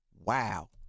Wow